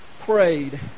prayed